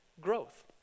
growth